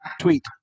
tweet